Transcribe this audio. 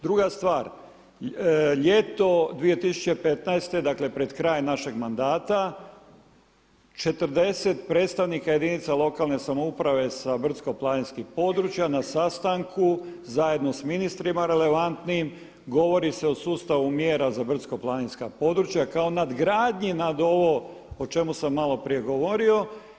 Druga stvar, ljeto 2015. dakle pred kraj našeg mandata 40 predstavnika jedinica lokalne samouprave sa brdsko-planinskih područja na sastanku zajedno sa ministrima relevantnijim govori se o sustavu mjera za brdsko-planinska područja kao nadgradnji na ovo o čemu sam malo prije govorio.